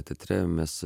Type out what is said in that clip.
teatre mes